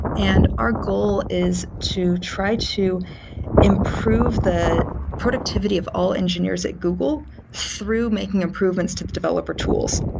and our goal is to try to improve the productivity of all engineers at google through making improvements to the developer tools.